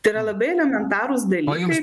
tai yra labai elementarūs dalykai